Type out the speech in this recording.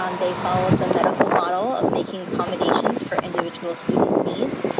um they followed the medical model of making accommodations for individual student needs.